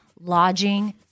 lodging